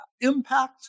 impact